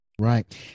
right